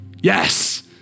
Yes